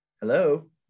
Hello